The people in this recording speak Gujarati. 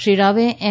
શ્રી રાવે એન